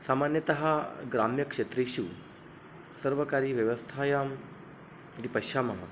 सामान्यतः ग्राम्यक्षेत्रेषु सर्वकारीयव्यवस्थायां यदि पश्यामः